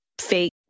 fake